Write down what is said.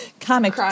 Comic